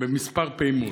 בכמה פעימות.